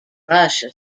russia